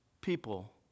people